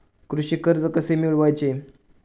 कृषी कर्ज कसे मिळवायचे?